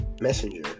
Messenger